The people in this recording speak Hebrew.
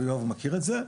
יואב מכיר את זה,